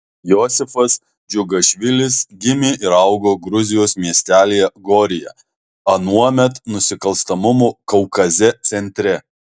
josifas džiugašvilis gimė ir augo gruzijos miestelyje goryje anuomet nusikalstamumo kaukaze centre